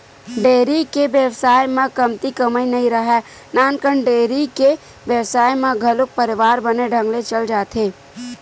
dairy के बेवसाय म कमती कमई नइ राहय, नानकन डेयरी के बेवसाय म घलो परवार बने ढंग ले चल जाथे